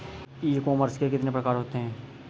E commerce के कितने प्रकार होते हैं?